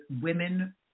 women